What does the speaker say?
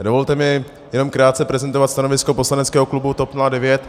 Dovolte mi jenom krátce prezentovat stanovisko poslaneckého klubu TOP09.